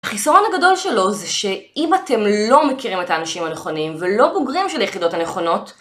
החיסרון הגדול שלו זה שאם אתם לא מכירים את האנשים הנכונים ולא בוגרים של היחידות הנכונות